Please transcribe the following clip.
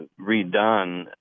redone